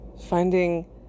finding